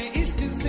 is